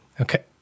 Okay